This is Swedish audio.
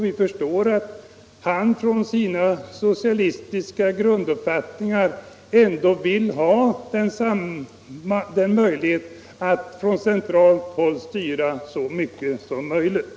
Vi förstår att man med utgångspunkt i sina socialistiska grunduppfattningar vill ha en möjlighet att centralt styra så mycket som möjligt.